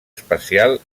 espacial